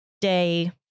day